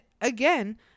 again